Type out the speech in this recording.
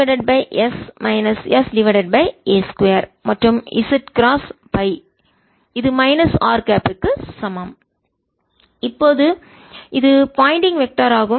S10 EB E Q0e tRCa20 z S Q02e 2tRC2πRC a20 1s sa2 z S Q02e 2tRC2πRC a201s sa2 r இப்போது இது Poynting vector திசையன் ஆகும்